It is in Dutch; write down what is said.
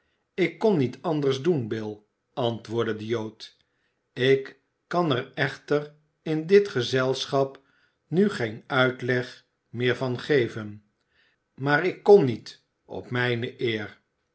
ik kon niet anders doen bill antwoordde de jood ik kan er echter in dit gezelschap nu geen uitleg meer van geven maar ik kon niet op mijne eer